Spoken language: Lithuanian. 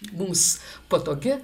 mums patogi